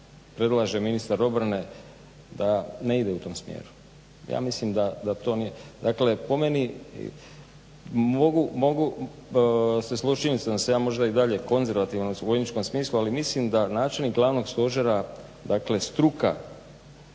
predlaže ministar obrane da ne ide u tom smjeru. Ja mislim da to nije. Dakle, po meni mogu se složit sa činjenicom da sam možda i ja dalje konzervativan u vojničkom smislu. Ali mislim da načelnik Glavnog stožera, dakle struka